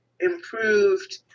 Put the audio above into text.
Improved